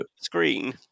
screen